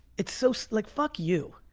it's so, so like, fuck you.